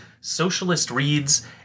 socialistreads